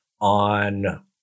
on